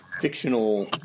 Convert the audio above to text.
fictional